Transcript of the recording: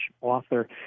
author